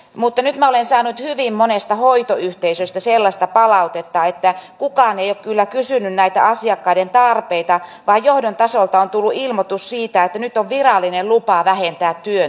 muuten en mä olen saanut hyvin monesta hoitoyhteisöstä sellaista palautetta että kukaan ei kyllä kysyn näitä asiakkaiden tarpeita pajojen tasoltaan tuli ilmoitus siitä näinkö toimii tämän maan sivistyneistö